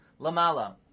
lamala